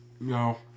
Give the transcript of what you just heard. No